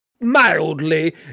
mildly